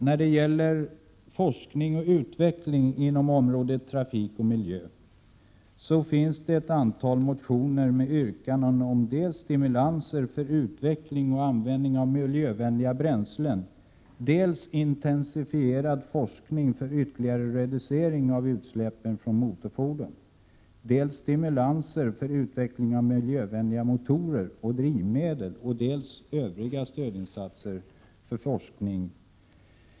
När det så gäller forskning och utveckling inom området trafik och miljö finns det ett antal motioner med yrkanden om dels stimulanser för utveckling och användning av miljövänliga bränslen, dels intensifierad forskning för ytterligare reducering av utsläppen från motorfordon, dels stimulanser för utveckling av miljövänliga motorer och drivmedel och dels övriga stödinsatser för forskning.